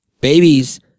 Babies